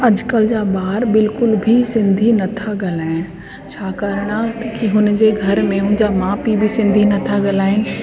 अॼुकल्ह जा ॿार बिल्कुलु बि सिंधी नथा ॻाल्हाइनि छा करण आहे की हुनजे घर में हुनजा माउ पीउ बि सिंधी नथा ॻल्हाइनि